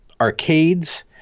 arcades